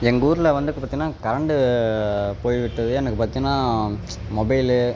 எங்கள் ஊர்ல வந்துக்கு பார்த்தீன்னா கரண்டு போய் விட்டது எனக்கு பார்த்தீன்னா மொபைலு